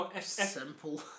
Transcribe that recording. simple